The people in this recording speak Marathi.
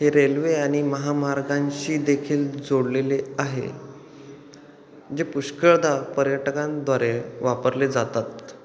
हे रेल्वे आणि महामार्गांशी देखील जोडलेले आहे जे पुष्कळदा पर्यटकांद्वारे वापरले जातात